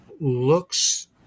looks